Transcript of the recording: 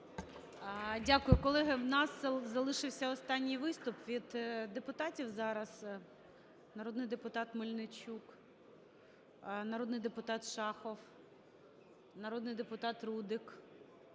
Дякую, колеги. У нас залишився останній виступ від депутатів зараз. Народний депутат Мельничук. Народний депутат Шахов. Народний депутат Рудик.